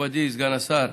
מכובדי סגן השר,